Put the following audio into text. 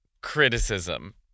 criticism